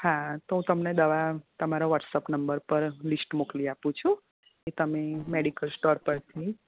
હા હું તો હું તમને દવા તમારા વૉટશએપ નંબર પર લિસ્ટ મોકલી આપુ છું એ તમે મેડિકલ સ્ટોર પર થી